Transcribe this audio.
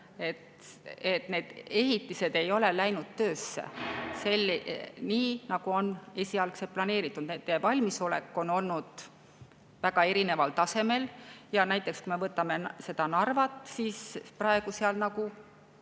need ehitised ei ole läinud töösse nii, nagu oli esialgselt planeeritud. Nende valmisolek on olnud väga erineval tasemel. Näiteks, kui me võtame Narva, siis seal praegu